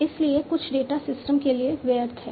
इसलिए कुछ data system के लिए व्यर्थ हैं